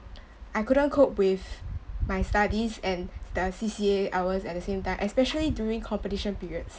I couldn't cope with my studies and the C_C_A hours at the same time especially during competition periods